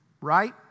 right